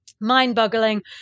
mind-boggling